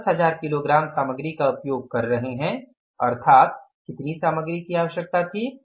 हम 10000 किलोग्राम सामग्री का उपयोग कर रहे हैं अर्थात कितनी सामग्री की आवश्यकता थी